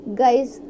guys